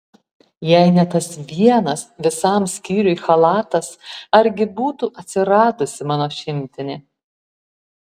jei ne tas vienas visam skyriui chalatas argi būtų atsiradusi mano šimtinė